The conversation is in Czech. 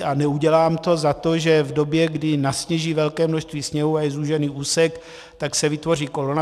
A neudělám to za to, že v době, kdy nasněží velké množství sněhu a je zúžený úsek, tak se vytvoří kolona.